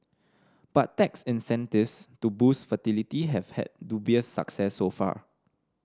but tax incentives to boost fertility have had dubious success so far